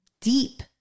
deep